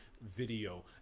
video